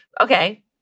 Okay